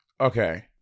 Okay